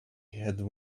had